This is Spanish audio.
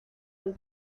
del